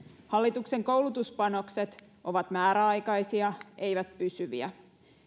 hallituksen koulutuspanokset ovat määräaikaisia eivät pysyviä